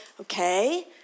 okay